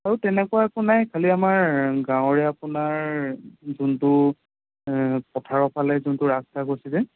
আৰু তেনেকুৱা একো নাই খালি আমাৰ গাঁৱৰে আপোনাৰ যোনটো ও পথাৰৰ ফালে যোনটো ৰাস্তা গৈছে যে